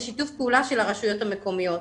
בשיתוף פעולה של הרשויות המקומיות.